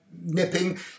nipping